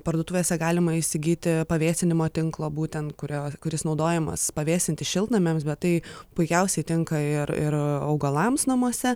parduotuvėse galima įsigyti pavėsinimo tinklo būtent kurio kuris naudojamas pavėsinti šiltnamiams bet tai puikiausiai tinka ir ir augalams namuose